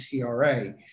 CRA